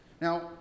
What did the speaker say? Now